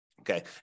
Okay